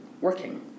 working